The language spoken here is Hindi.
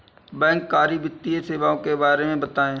बैंककारी वित्तीय सेवाओं के बारे में बताएँ?